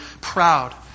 proud